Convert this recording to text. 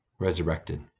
resurrected